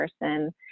person